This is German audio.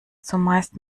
zumeist